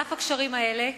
על אף הקשרים האלה,